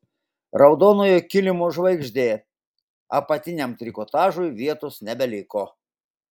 raudonojo kilimo žvaigždė apatiniam trikotažui vietos nebeliko